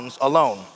Alone